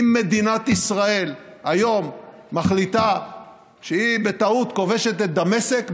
אם מדינת ישראל היום מחליטה שהיא בטעות כובשת את דמשק,